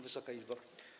Wysoka Izbo!